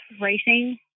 racing